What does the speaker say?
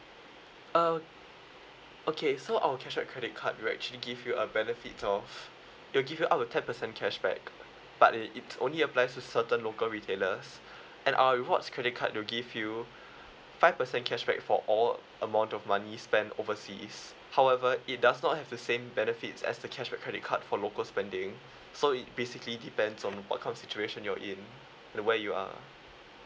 uh okay so our cashback credit card we will actually give you a benefit of we'll give you up to ten percent cashback but eh it only applies to certain local retailers and our rewards credit card we'll give you five percent cashback for all amount of money spend overseas however it does not have the same benefits as the cashback credit card for local spending so it basically depends on what kind of situation you're in and where you are